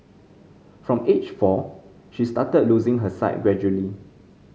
from age four she started losing her sight gradually